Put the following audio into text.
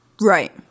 Right